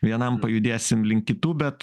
vienam pajudėsim link kitų bet